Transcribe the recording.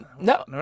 No